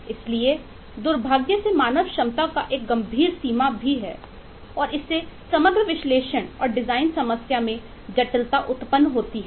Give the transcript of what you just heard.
इसलिए दुर्भाग्य से मानव क्षमता का एक गंभीर सीमा है और इससे समग्र विश्लेषण और डिजाइन समस्या मैं जटिलताउत्पन्न होती है